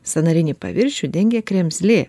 sąnarinį paviršių dengia kremzlė